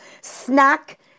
snack